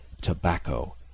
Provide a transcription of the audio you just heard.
tobacco